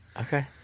Okay